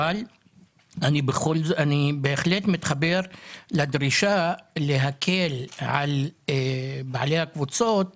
אבל אני בהחלט מתחבר לדרישה להקל על בעלי הקבוצות